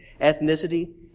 ethnicity